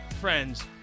friends